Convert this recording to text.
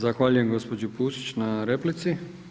Zahvaljujem gospođi Pusić na replici.